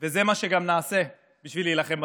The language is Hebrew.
וזה מה שגם נעשה בשביל להילחם בטרור.